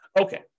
Okay